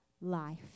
life